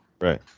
Right